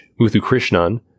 Muthukrishnan